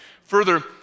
Further